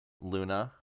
Luna